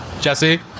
Jesse